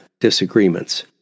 disagreements